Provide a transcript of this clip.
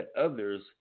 others